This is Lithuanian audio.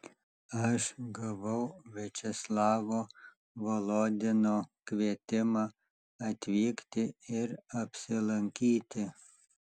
aš gavau viačeslavo volodino kvietimą atvykti ir apsilankyti